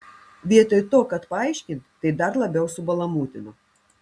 vietoj to kad paaiškint tai dar labiau subalamūtino